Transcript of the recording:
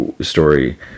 Story